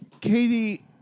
Katie